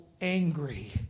angry